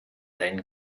then